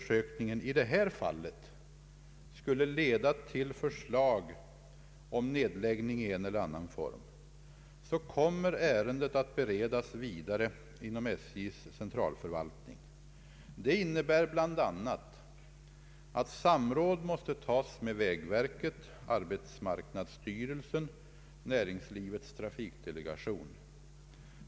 sökningen i detta fall skulle leda till förslag om nedläggning i en eller annan form, kommer ärendet att beredas vidare inom SJ:s centralförvaltning. Det innebär bl.a. att samråd måste tas med vägverket, arbetsmarknadsstyrelsen och näringslivets trafikdelegation.